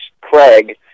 Craig